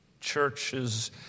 churches